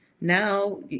now